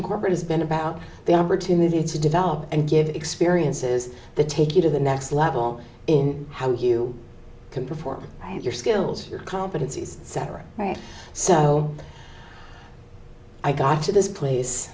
in corporate has been about the opportunity to develop and give experiences that take you to the next level in how you can perform your skills your competencies sarah right so i got to this place